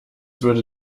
würde